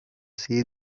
see